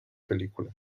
película